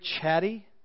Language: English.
chatty